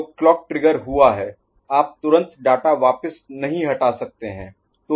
तो clock trigger हुआ है आप तुरंत डाटा वापस नहीं हटा सकते हैं